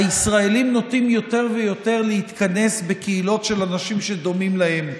הישראלים נוטים יותר ויותר להתכנס בקהילות של אנשים שדומים להם.